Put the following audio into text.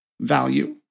value